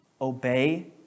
obey